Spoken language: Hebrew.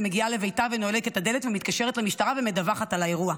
ומגיעה לביתה ונועלת את הדלת ומתקשרת למשטרה ומדווחת על האירוע.